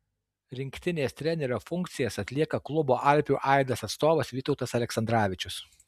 rinktinės trenerio funkcijas atlieka klubo alpių aidas atstovas vytautas aleksandravičius